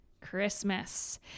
Christmas